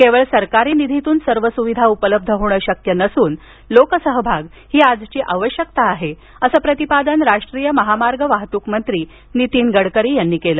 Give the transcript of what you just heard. केवळ सरकारी निधीतून सर्व सुविधा उपलब्ध होणं शक्य नसून लोकसहभाग ही आजची आवश्यकता आहे असं प्रतिपादन राष्ट्रीय महामार्ग वाहतूक मंत्री नितीन गडकरी यांनी केलं